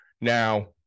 Now